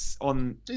on